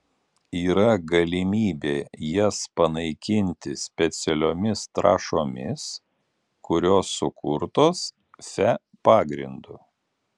yra galimybė jas panaikinti specialiomis trąšomis kurios sukurtos fe pagrindu